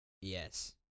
Yes